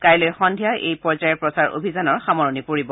কাইলৈ সন্ধিয়া এই পৰ্যায়ৰ প্ৰচাৰ অভিযানৰ সামৰণি পৰিব